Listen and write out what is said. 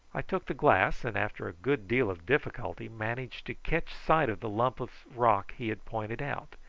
i took the glass, and after a good deal of difficulty managed to catch sight of the lump of rock he had pointed out.